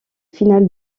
finales